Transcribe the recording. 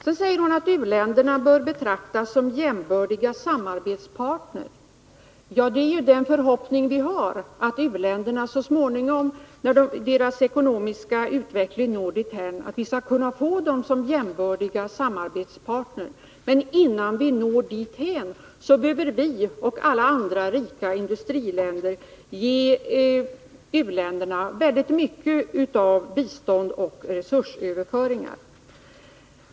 Sedan säger Ingrid Sundberg att u-länderna bör betraktas som jämbördiga samarbetspartner. Det är ju den förhoppning vi har, att u-länderna så småningom skall kunna bli jämbördiga samarbetspartner, när deras ekonomiska utveckling når dithän. Men innan dess behöver vi och andra rika industriländer ge u-länderna mycket bistånd och resursöverföringar.